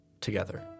together